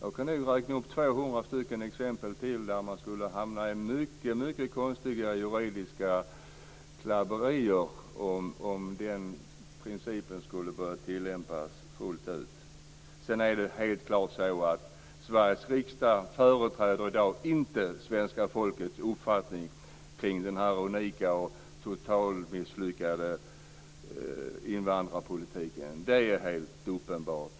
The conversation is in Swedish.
Jag kan nog räkna upp 200 exempel till där man skulle hamna i mycket konstiga juridiska klammerier om den här principen skulle börja tillämpas fullt ut. Sveriges riksdag företräder i dag inte svenska folkets uppfattning kring den unika och totalt misslyckade invandrarpolitiken. Det är helt uppenbart.